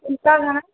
फुलिका घणा